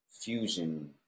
fusion